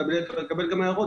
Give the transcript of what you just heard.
אפשר גם לקבל הערות,